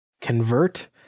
Convert